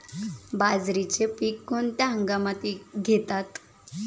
बाजरीचे पीक कोणत्या हंगामात घेतात?